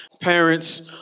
parents